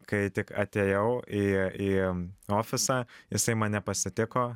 kai tik atėjau į į ofisą jisai mane pasitiko